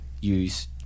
use